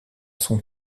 son